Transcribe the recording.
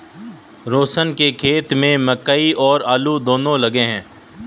रोशन के खेत में मकई और आलू दोनो लगे हैं